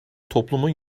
toplumun